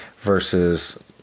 versus